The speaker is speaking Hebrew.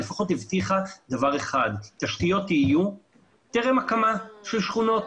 לפחות הבטיחה דבר אחד תשתיות יהיו טרם הקמה של שכונות.